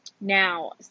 Now